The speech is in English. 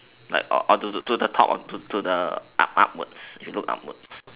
like on to to to the top to the ah upwards you look upwards